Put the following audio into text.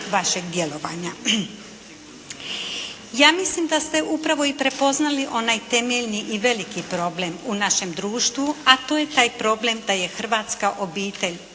vašeg djelovanja. Ja mislim da ste upravo i prepoznali onaj temeljni i veliki problem u našem društvu a to je taj problem da je hrvatska obitelj